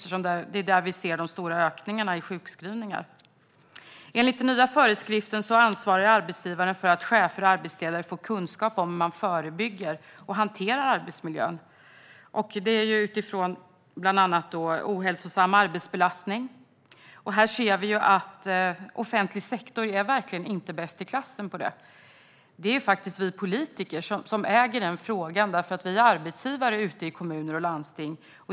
Det är där vi ser de stora ökningarna när det gäller sjukskrivningar. Enligt den nya föreskriften ansvarar arbetsgivaren för att chefer och arbetsledare får kunskap om hur man förebygger sådant och hanterar arbetsmiljö. Det handlar bland annat om ohälsosam arbetsbelastning. Där är offentlig sektor verkligen inte bäst i klassen. Det är faktiskt vi politiker som äger den frågan, för vi är arbetsgivare i kommuner och landsting.